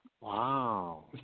wow